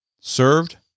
Served